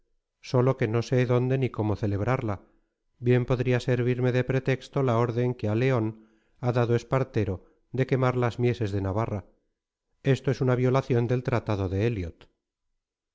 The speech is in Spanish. sólo que no sé dónde ni cómo celebrarla bien podría servirme de pretexto la orden que a león ha dado espartero de quemar las mieses de navarra esto es una violación del tratado de elliot